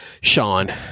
Sean